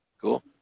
Cool